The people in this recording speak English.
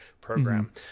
program